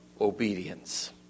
obedience